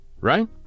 right